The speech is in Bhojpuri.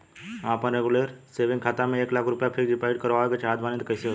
हम आपन रेगुलर सेविंग खाता से एक लाख रुपया फिक्स डिपॉज़िट करवावे के चाहत बानी त कैसे होई?